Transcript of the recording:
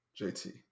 JT